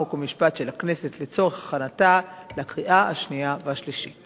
חוק ומשפט של הכנסת לצורך הכנתה לקריאה השנייה והשלישית.